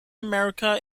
america